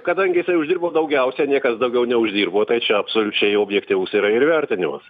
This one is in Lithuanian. kadangi jisai uždirbo daugiausiai niekas daugiau neuždirbo tai čia absoliučiai objektyvus yra ir įvertinimas